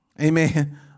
Amen